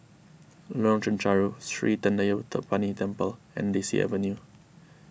Lorong Chencharu Sri thendayuthapani Temple and Daisy Avenue